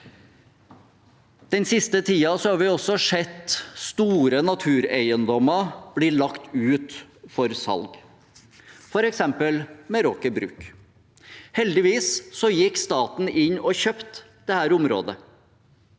Den siste tiden har vi også sett store natureiendommer bli lagt ut for salg, f.eks. Meraker Brug. Heldigvis gikk staten inn og kjøpte dette området,